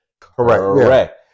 correct